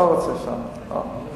אולי